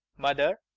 mother,